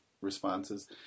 responses